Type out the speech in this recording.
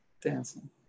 dancing